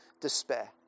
despair